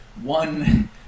one